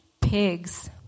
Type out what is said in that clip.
pigs